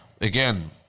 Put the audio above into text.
again